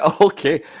okay